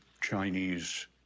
Chinese